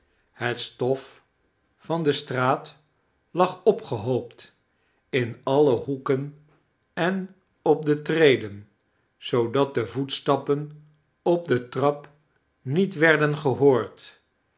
het stof van de straat lag opgehoopt in alle hoeken en op de treden zoodat de voetstappen op de trap niet werden gehoord